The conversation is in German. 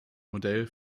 model